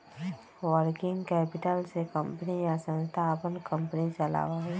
working capital से company या संस्था अपन कंपनी चलावा हई